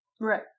right